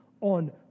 on